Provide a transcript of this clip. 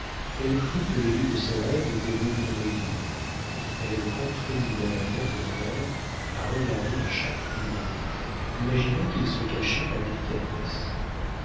elle crut que l'élu de ses rêves était venu dans l'église elle contraignit madame latournelle à regarder à chaque pilier imaginant qu'il se cachait par délicatesse